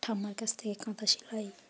ঠাম্মার কাছ থেকে কাঁথা সেলাই